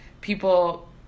people